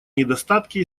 недостатки